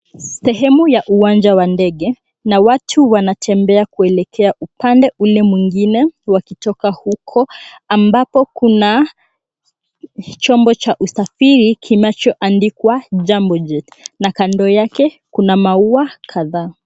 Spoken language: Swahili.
Sehemu ya uwanja wa ndege na watu wanatembea kuelekea upande ule mwengine wakitoka huko ambapo kuna, chombo cha usafiri ambacho kimeandikwa Jambo Jet na kando yake, kuna maua kadhaa.